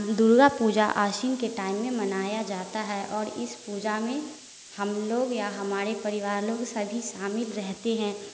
दुर्गा पूजा आशीन के टाइम में मनाया जाता है और इस पूजा में हम लोग या हमारे परिवार लोग सभी शामिल रहते हैं